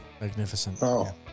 Magnificent